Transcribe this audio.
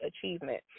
achievement